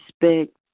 respect